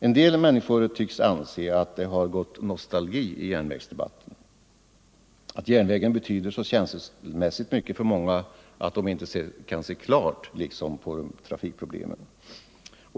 En del människor tycks anse att det har gått nostalgi i järnvägsdebatten, att järnvägen för många känslomässigt betyder så mycket att de inte kan se klart på problemen.